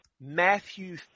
Matthew